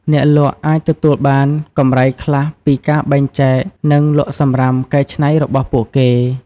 អ្នកលក់អាចទទួលបានកម្រៃខ្លះពីការបែងចែក និងលក់សំរាមកែច្នៃរបស់ពួកគេ។